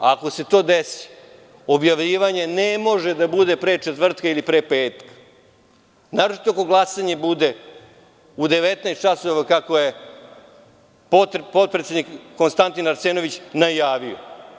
Ako se to desi, objavljivanje ne može da bude pre četvrtka ili pre petka, naročito ako glasanje bude u 19,00 časova, kako je potpredsednik Konstantin Arsenović najavio.